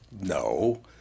no